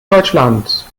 deutschland